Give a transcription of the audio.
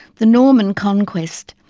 the norman conquests,